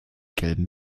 gelben